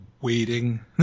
waiting